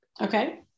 Okay